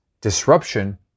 disruption